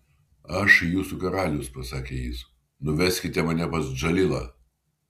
aš jūsų karalius pasakė jis nuveskite mane pas džalilą